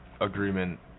agreement